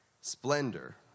Splendor